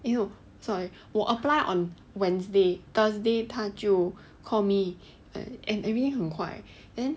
eh no sorry 我 apply on wednesday thursday 他就 call me and everything 很快 then